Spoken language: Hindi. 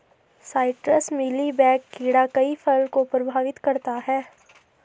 साइट्रस मीली बैग कीड़ा कई फल को प्रभावित करता है